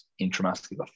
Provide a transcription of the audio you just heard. intramuscular